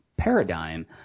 paradigm